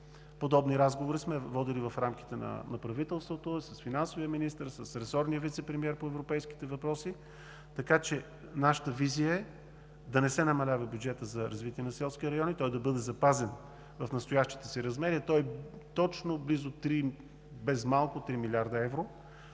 Подобни разговори сме водили в рамките на правителството – с финансовия министър, с ресорния вицепремиер по европейските въпроси. Нашата визия е да не се намалява бюджетът за развитие на селските райони, той да бъде запазен в настоящите си размери – без малко 3 млрд. евро,